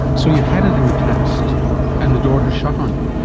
so you've had it in the past and the door has shut on you.